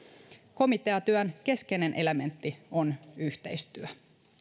komiteatyön keskeinen elementti on yhteistyö